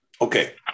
Okay